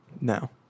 No